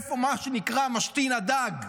מאיפה משתין הדג,